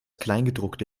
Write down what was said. kleingedruckte